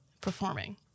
performing